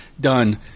done